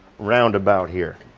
roundabout here.